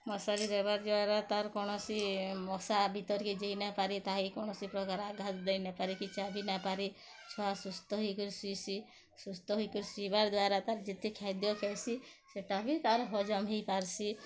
ମଶାରୀ ଦେବା ଦ୍ଵାରା ତାର୍ କୌଣସି ମଶା ଭିତର୍ କେ ଯାଇ ନାଇଁପାରେ ତାହାକେ କୌଣସି ପ୍ରକାର୍ ଆଘାତ୍ ଦେଇନାଇଁ ପାରେ କି ଚାବି ନାଇଁପାରେ ଛୁଆ ସୁସ୍ଥ ହେଇକରି ସୁଇସି ସୁସ୍ଥ ହେଇକରି ସୁଇବାର୍ ଦ୍ଵାରା ତାର୍ ଯେତେ ଖାଦ୍ୟ ଖାଏସି ସେଇଟା ବି ତାର୍ ହଜମ୍ ହେଇପାର୍ସି